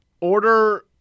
Order